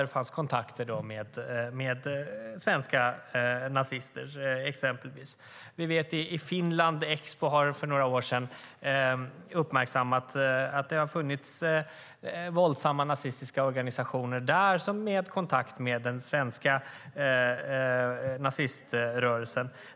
Det fanns kontakter med svenska nazister, exempelvis. Vi vet att Expo för några år sedan uppmärksammade att det i Finland har funnits våldsamma nazistiska organisationer som har haft kontakt med den svenska naziströrelsen.